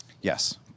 yes